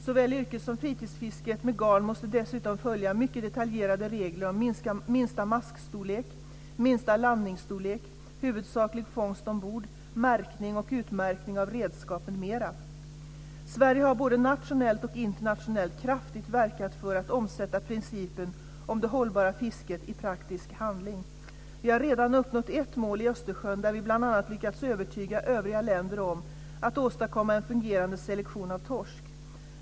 Såväl yrkes som fritidsfisket med garn måste dessutom följa mycket detaljerade regler om minsta maskstorlek, minsta landningsstorlek, huvudsaklig fångst ombord, märkning och utmärkning av redskap m.m. Sverige har både nationellt och internationellt kraftfullt verkat för att omsätta principerna om det hållbara fisket i praktisk handling. Vi har redan uppnått ett mål i Östersjön där vi bl.a. lyckats övertyga övriga länder om att åstadkomma en fungerande selektion av torsk.